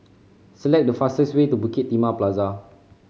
select the fastest way to Bukit Timah Plaza